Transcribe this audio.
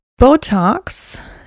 Botox